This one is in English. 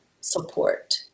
support